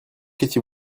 étiez